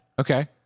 Okay